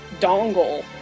dongle